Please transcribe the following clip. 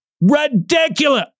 Ridiculous